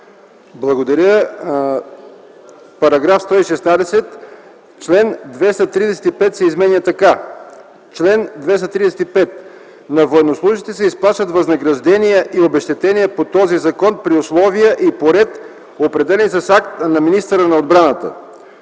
Благодаря. „§ 116. Член 235 се изменя така: „Чл. 235. На военнослужещите се изплащат възнаграждения и обезщетения по този закон при условия и по ред, определени с акт на министъра на отбраната.”